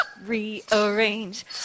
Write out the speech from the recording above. rearrange